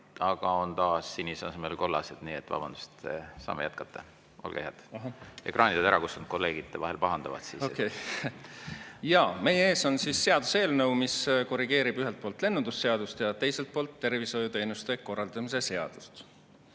… On taas sinise asemel kollased. Vabandust, saame jätkata. Olge head! Ekraanid olid ära kustunud, kolleegid vahel pahandavad siis. Meie ees on seaduseelnõu, mis korrigeerib ühelt poolt lennundusseadust ja teiselt poolt tervishoiuteenuste korraldamise seadust.